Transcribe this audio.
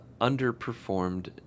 underperformed